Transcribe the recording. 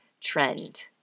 trend